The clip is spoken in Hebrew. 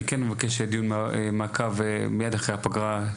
אני כן מבקש דיון מעקב מייד אחרי הפגרה.